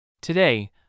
Today